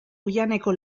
oihaneko